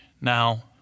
Now